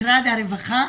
משרד הרווחה,